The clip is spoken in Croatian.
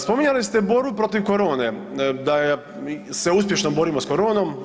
Spominjali ste borbu protiv korone, da se uspješno borimo s koronom.